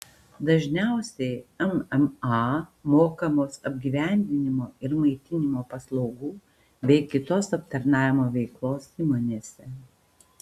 dažniausiai mma mokamos apgyvendinimo ir maitinimo paslaugų bei kitos aptarnavimo veiklos įmonėse